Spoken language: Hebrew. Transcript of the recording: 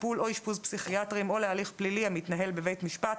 טיפול או אשפוז פסיכיאטרי או להליך פלילי המתנהל בבית משפט,